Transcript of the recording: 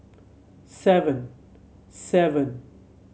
seven seven